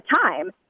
time